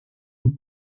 une